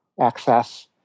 access